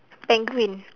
penguin